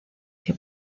que